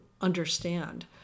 understand